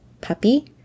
Puppy